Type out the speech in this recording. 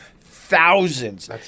Thousands